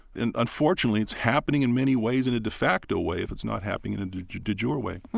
and unfortunately, it's happening in many ways in a de facto way, if it's not happening in a du du jour way yeah,